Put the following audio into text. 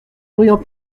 brillante